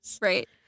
Right